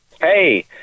Hey